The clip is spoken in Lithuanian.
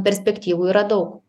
perspektyvų yra daug